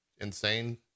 insane